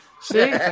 See